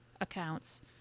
accounts